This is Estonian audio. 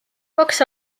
kaks